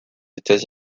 états